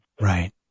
Right